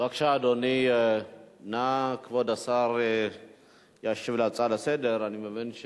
בבקשה, אדוני כבוד השר ישיב להצעה לסדר-היום.